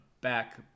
back